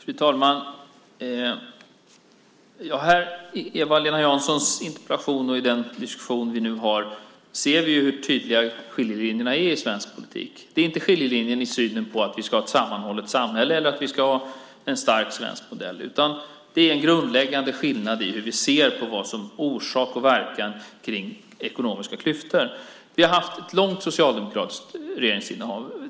Fru talman! I Eva-Lena Janssons interpellation och i den diskussion vi nu har ser vi hur tydliga skiljelinjerna är i svensk politik. Det är inte skiljelinjen i synen på att vi ska ha ett sammanhållet samhälle eller att vi ska ha en stark svensk modell. Det är en grundläggande skillnad i hur vi ser på vad som är orsak och verkan kring ekonomiska klyftor. Vi har haft ett långt socialdemokratiskt regeringsinnehav.